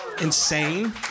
insane